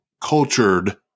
cultured